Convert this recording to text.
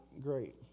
great